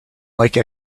like